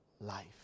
life